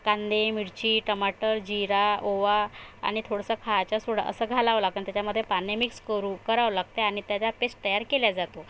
कांदे मिरची टमाटर जिरा ओवा आणि थोडंसं खायचा सोडा असं घालावं लागेल त्याच्यामध्ये पाणी मिक्स करू करावं लागते आणि त्याची पेस्ट तयार केली जाते